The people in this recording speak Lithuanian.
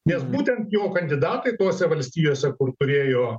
nes būtent jo kandidatai tose valstijose kur turėjo